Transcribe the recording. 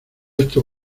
esto